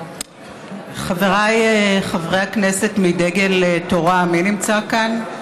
חבריי חברי הכנסת מדגל התורה, מי נמצא כאן?